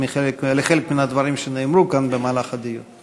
לחלק מן הדברים שנאמרו כאן במהלך הדיון.